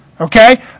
Okay